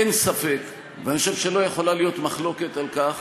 אין ספק, ואני חושב שלא יכולה להיות מחלוקת על כך